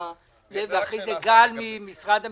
לאחר מכן גאל, ממשרד המשפטים.